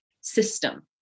system